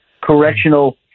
Correctional